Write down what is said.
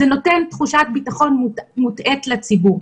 זה נותן תחושת ביטחון מוטעית לציבור.